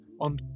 on